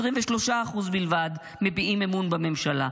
23% בלבד מביעים אמון בממשלה.